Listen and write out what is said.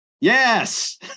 yes